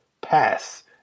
pass